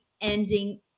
ending